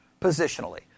positionally